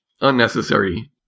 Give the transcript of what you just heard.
unnecessary